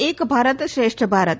એક ભારત શ્રેષ્ઠભારત